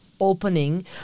opening